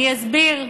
אני אסביר: